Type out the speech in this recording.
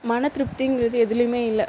மன திருப்திங்கிறது எதுலேயுமே இல்லை